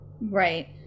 Right